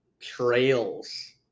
trails